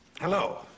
Hello